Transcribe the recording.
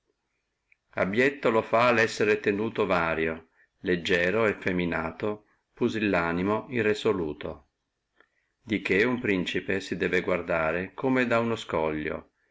contennendo lo fa esser tenuto vario leggieri effeminato pusillanime irresoluto da che uno principe si debbe guardare come da uno scoglio